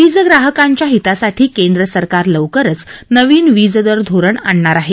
वीज ग्राहकांच्या हितासाठी केंद्र सरकार लवकरच नवीन वीज दर धोरण आणणार आहे